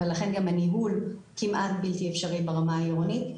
ולכן גם הניהול כמעט בלתי אפשרי ברמה העירונית.